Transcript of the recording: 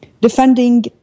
defending